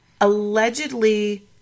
allegedly